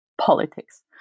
politics